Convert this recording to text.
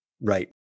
Right